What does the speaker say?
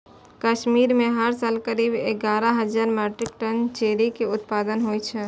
कश्मीर मे हर साल करीब एगारह हजार मीट्रिक टन चेरी के उत्पादन होइ छै